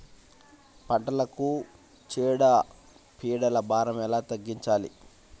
పంటలకు చీడ పీడల భారం ఎలా తగ్గించాలి?